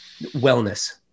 wellness